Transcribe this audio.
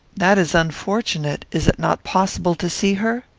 that is unfortunate. is it not possible to see her?